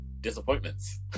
disappointments